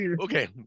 okay